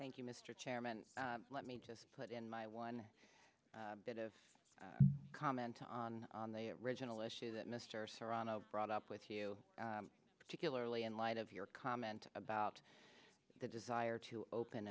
thank you mr chairman let me just put in my one bit of a comment on on the original issue that mr serrano brought up with you particularly in light of your comment about the desire to open